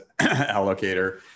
allocator